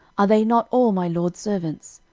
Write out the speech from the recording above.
are they not all my lord's servants?